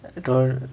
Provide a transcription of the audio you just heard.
I don't